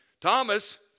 Thomas